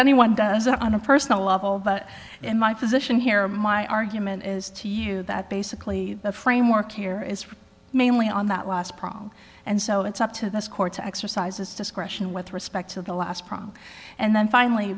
anyone does on a personal level but in my position here my argument is to you that basically the framework here is mainly on that last problem and so it's up to this court to exercise its discretion with respect to the last problem and then finally